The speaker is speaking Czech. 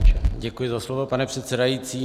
Děkuji za slovo, pane předsedající.